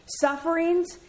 sufferings